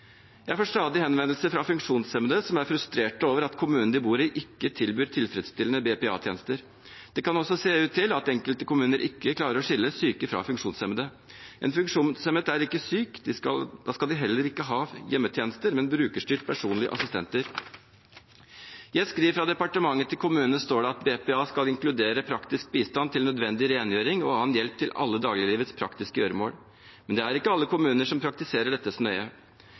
Jeg får stadig henvendelser fra funksjonshemmede som er frustrert over at kommunen de bor i, ikke tilbyr tilfredsstillende BPA-tjenester. Det kan også se ut til at enkelte kommuner ikke klarer å skille syke fra funksjonshemmede. En funksjonshemmet er ikke syk. Da skal de heller ikke ha hjemmetjenester, men brukerstyrte personlige assistenter. I et skriv fra departementet til kommunene står det at BPA skal inkludere «praktisk bistand til nødvendig rengjøring og annen nødvendig hjelp til alle dagliglivets praktiske gjøremål». Men det er ikke alle kommuner som praktiserer dette